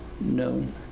known